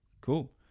cool